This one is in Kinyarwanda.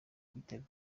igitego